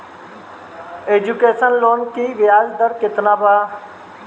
Education loan की ब्याज दर केतना बा?